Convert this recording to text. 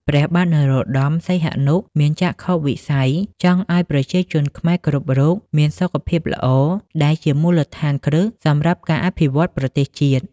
ព្រះបាទនរោត្តម សីហនុ មានចក្ខុវិស័យចង់ឱ្យប្រជាជនខ្មែរគ្រប់រូបមានសុខភាពល្អ ដែលជាមូលដ្ឋានគ្រឹះសម្រាប់ការអភិវឌ្ឍប្រទេសជាតិ។